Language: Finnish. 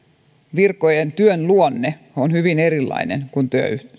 virkamiesten työn luonne on hyvin erilainen kuin